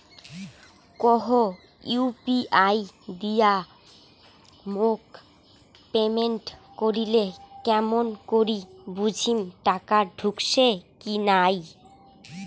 কাহো ইউ.পি.আই দিয়া মোক পেমেন্ট করিলে কেমন করি বুঝিম টাকা ঢুকিসে কি নাই?